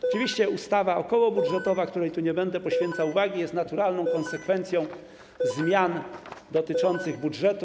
Oczywiście ustawa okołobudżetowa, której nie będę tu poświęcał uwagi, jest naturalną konsekwencją zmian dotyczących budżetu.